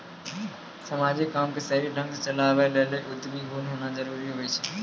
समाजिक काम के सही ढंग से चलावै लेली उद्यमी गुण होना जरूरी हुवै छै